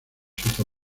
hizo